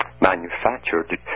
manufactured